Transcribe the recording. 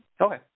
Okay